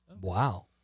Wow